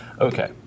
Okay